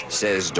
says